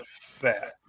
fat